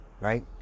Right